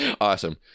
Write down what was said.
Awesome